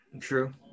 True